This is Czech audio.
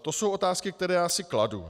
To jsou otázky, které já si kladu.